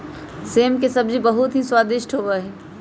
सेम के सब्जी बहुत ही स्वादिष्ट होबा हई